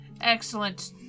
Excellent